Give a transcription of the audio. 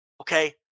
Okay